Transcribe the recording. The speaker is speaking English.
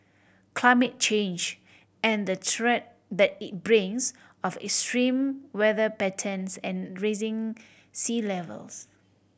climate change and the threat that it brings of extreme weather patterns and rising sea levels